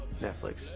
Netflix